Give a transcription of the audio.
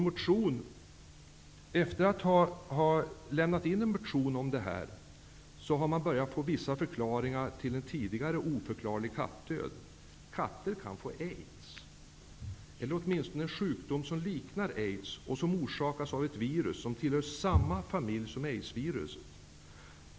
Efter det att vi har lämnat en motion i detta ärende har man börjat få vissa förklaringar till en tidigare oförklarig kattdöd. Katter kan få aids, eller en sjukdom som åtminstone liknar aids och som orsakas av ett virus som tillhör samma familj som aids-viruset.